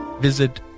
Visit